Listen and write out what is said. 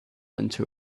into